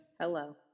Hello